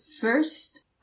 first